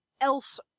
else